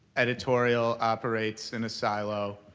editorial operates in a silo.